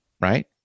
right